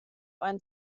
ein